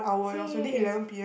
same